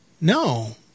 No